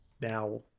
Now